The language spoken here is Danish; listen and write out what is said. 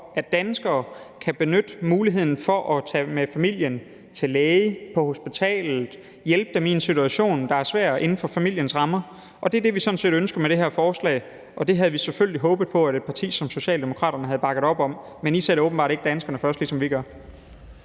at danskere skal kunne benytte sig af muligheden for at tage med familien til læge eller på hospitalet og hjælpe dem i en situation, der er svær, inden for familiens rammer. Det er det, vi sådan set ønsker med det her forslag, og det havde vi selvfølgelig håbet på at et parti som Socialdemokraterne havde bakket op om. Men I sætter åbenbart ikke danskerne først, ligesom vi gør.